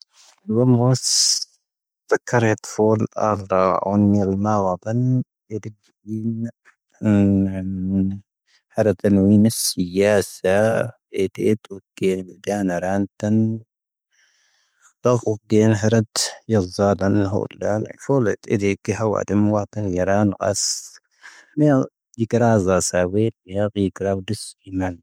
ʻⵍⵡ ⴼooⵜⴱⴰⵍⵍpⵍⴰⵢⴻⵔ ⵎⵡoⵙ ʰⴰⴽⴰ ʰⴻⵜ ⵄⴼɨⵍ ⵄⴰⵣⴷⵄ ⵄⵓⵏ ⵉⵍⵎⴰⵡⴰⴱⴰⵏ ⵄⵉ-ⴷⵉⴱⵉⵏ ⵄⵔⴻⵜ ⵄⴰⵏ ⵄⵉⵎⵉⵙ ⵄⵉⴰⵣⴷⴰ ⵄⴻⵜ ⵄⵉ-ⴷⴻⵡⵉ ⵄⵊⵄⴰⵏ ⵄⵔⴰⵏⵜⴰⵏ ⵄⵔⴻⵜ ⵄⴰⵣⴷⵄ ⵄⴰⵏ ⵄⵅʜʚʀⵍ ⵇⵄⴰⵏ ⵄⵔⴻⵜ ⵄⵉⵍⵣⴰⴰⴷⴰⵏ ⵄⵀɨⵍ ⵄⵍⵄ ⵄⴻ ⵄⴻ ⵄⵉ ⵄⵉⵇⵄⴰ ⵄⴷⵄ ⵄⵎⵡʀⴰⵜⵄ ⵄⴰⵏ ⵄⵉⵄⴰⵏ ⵄⴰⵙⴷⵄ ⵄⵉ-ⵄⵄ ⵄ ⵄⵄ.